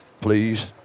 please